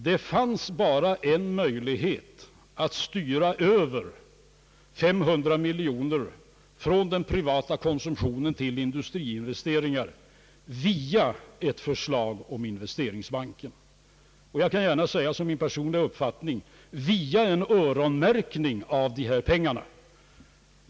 Det fanns bara en möjlighet att styra över 500 miljoner kronor från den privata konsumtionen till industriinvesteringar via ett förslag om investeringsbanken — jag kan gärna tilllägga som min personliga uppfattning: via en öronmärkning av dessa pengar.